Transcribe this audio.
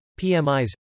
PMIs